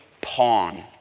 pawn